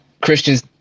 Christian's